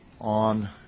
on